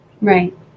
Right